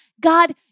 God